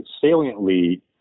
saliently